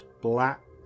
black